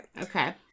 Okay